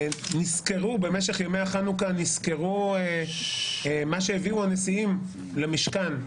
במשך ימי החנוכה סקרנו את מה שהביאו הנשיאים למשכן,